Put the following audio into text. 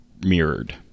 mirrored